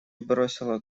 бросила